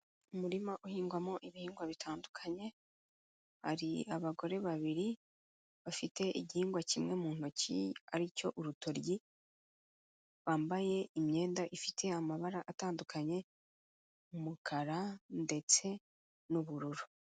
Umurima uhingwamo ibihingwa bitandukanye, hari abagore babiri bafite igihingwa kimwe mu ntoki ari cyo urutoryi, bambaye imyenda ifite amabara atandukanye umukara ndetse n'ubururu.